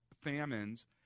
famines